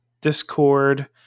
Discord